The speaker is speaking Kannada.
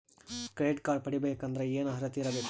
ಕ್ರೆಡಿಟ್ ಕಾರ್ಡ್ ಪಡಿಬೇಕಂದರ ಏನ ಅರ್ಹತಿ ಇರಬೇಕು?